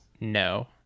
No